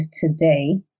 today